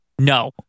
No